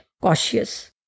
cautious